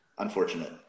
Unfortunate